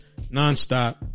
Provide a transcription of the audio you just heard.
nonstop